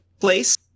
place